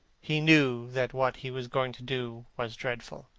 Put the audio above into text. he knew that what he was going to do was dreadful.